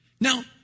Now